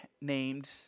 named